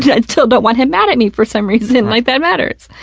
yeah and still don't want him mad at me for some reason. like that matters.